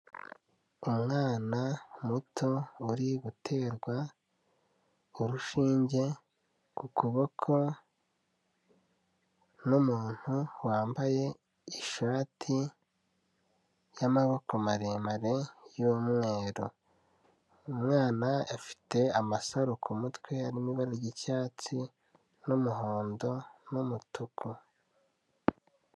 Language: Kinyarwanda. Umwana muto, uri guterwa urushinge ku kuboko, n'umuntu wambaye ishati y'amaboko maremare y'umweru. Umwana afite amasaro ku mutwe, ari mu ibara ry'icyatsi, n'umuhondo, n'umutuku.